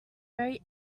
very